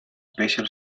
special